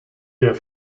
der